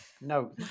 no